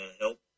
help